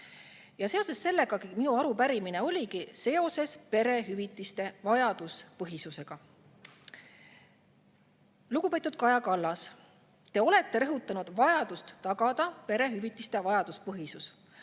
Ja seoses sellega oligi ka minu arupärimine perehüvitiste vajaduspõhisuse kohta. Lugupeetud Kaja Kallas! Te olete rõhutanud vajadust tagada perehüvitiste vajaduspõhisus.